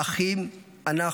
אחים אנחנו.